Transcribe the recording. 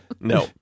No